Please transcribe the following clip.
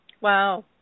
Wow